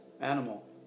animal